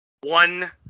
one –